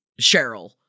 Cheryl